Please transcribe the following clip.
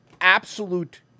absolute